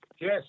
Yes